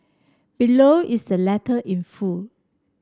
below is the letter in full